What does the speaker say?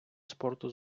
спорту